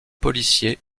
policiers